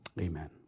Amen